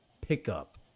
pickup